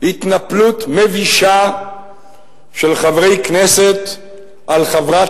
התנפלות מבישה של חברי כנסת על חברת